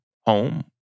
home